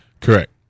Correct